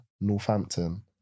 Northampton